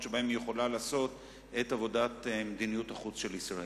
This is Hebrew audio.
שבהן היא יכולה לעשות את עבודת מדיניות החוץ של ישראל.